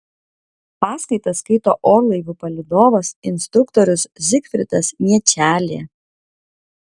paskaitas skaito orlaivių palydovas instruktorius zigfridas miečelė